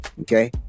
okay